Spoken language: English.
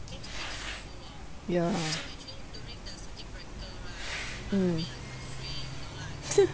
ya mm